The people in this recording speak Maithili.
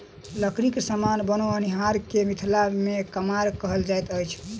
लकड़ीक समान बनओनिहार के मिथिला मे कमार कहल जाइत अछि